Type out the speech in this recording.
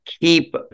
keep